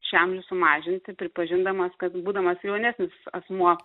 šį amžių sumažinti pripažindamas kad būdamas jaunesnis asmuo